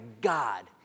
God